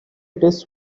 dish